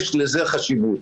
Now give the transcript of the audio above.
יש לזה חשיבות.